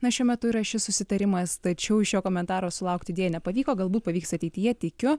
na šiuo metu yra šis susitarimas tačiau iš jo komentaro sulaukti deja nepavyko galbūt pavyks ateityje tikiu